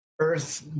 Earth